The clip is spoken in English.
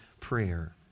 prayer